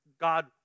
God